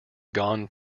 gone